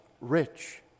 rich